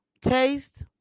taste